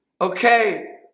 okay